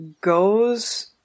goes